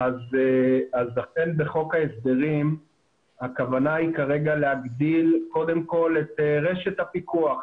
אכן בחוק ההסדרים הכוונה היא כרגע להגדיל קודם כל את רשת הפיקוח,